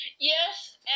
Yes